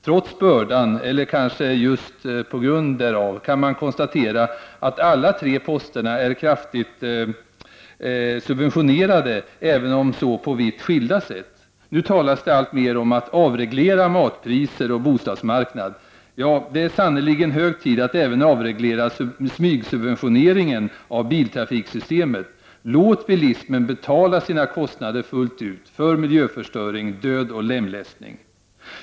Trots — eller kanske just på grund av — bördan kan man konstatera att alla tre posterna är kraftigt subventionerade, om så på vitt skilda sätt. Nu talas det alltmer om att avreglera matpriser och bostadsmarknad. Ja, det är sannerligen hög tid att även avreglera smygsubventioneringen av biltrafiks ystemet. Låt bilismen betala sina kostnader fullt ut, för miljöförstöring, död och lemlästning!